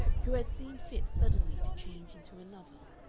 who had seen fit suddenly to change into a lover,